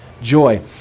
Joy